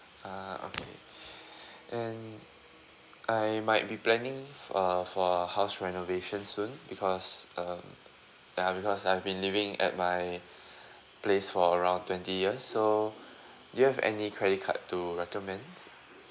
ah okay and I might be planning uh for a house renovation soon because um ya because I've been living at my place for around twenty years so do you have any credit card to recommend